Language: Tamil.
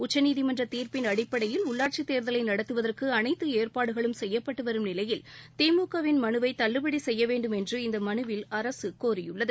உச்சநீதிமன்ற தீர்ப்பின் அடிப்படையில் உள்ளாட்சித் தேர்தலை நடத்துவதற்கு அனைத்து ஏற்பாடுகளும் செய்யப்பட்டு வரும் நிலையில் திமுகவின் மனுவை தள்ளுபடி செய்ய வேண்டும் என்று இந்த மனுவில் அரசு கோரியுள்ளது